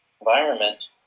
environment